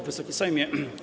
Wysoki Sejmie!